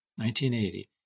1980